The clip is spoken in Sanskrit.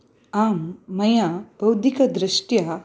आम् मया बौद्धिकदृष्ट्या